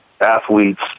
athletes